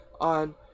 on